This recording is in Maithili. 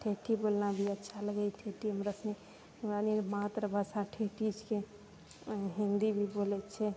ठेठी बोलना भी अच्छा लगै ठेठी हमरासबमे हमरा मातृ भाषा ठेठी छै हिन्दी भी बोलै छै